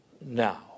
now